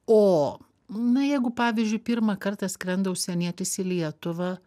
o na jeigu pavyzdžiui pirmą kartą skrenda užsienietis į lietuvą